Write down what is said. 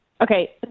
okay